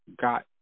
Got